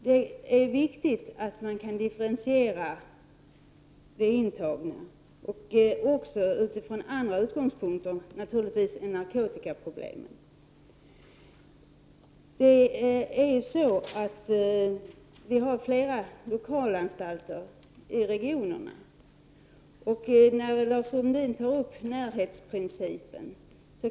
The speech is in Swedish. Det är viktigt att man kan differentiera de intagna, naturligtvis också utifrån andra utgångspunkter än narkotikaproblemen. Vi har flera lokalanstalter i regionerna. Lars Sundin tar upp närhetsprincipen.